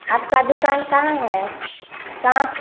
आपकी दुकान कहाँ है कहाँ